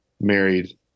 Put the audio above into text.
married